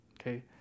okay